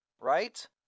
Right